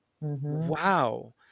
Wow